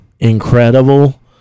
incredible